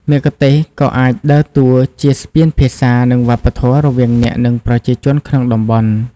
មគ្គុទ្ទេសក៍អាចដើរតួជា ស្ពានភាសា និងវប្បធម៌ រវាងអ្នក និងប្រជាជនក្នុងតំបន់។